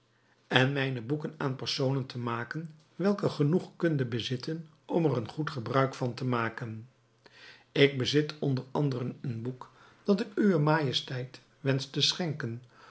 en mijne boeken aan personen te maken welke genoeg kunde bezitten om er een goed gebruik van te maken ik bezit onder anderen een boek dat ik uwe majesteit wensch te schenken